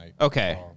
Okay